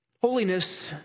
Holiness